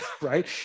right